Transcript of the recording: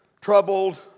troubled